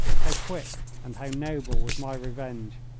how quick and how noble was my revenge!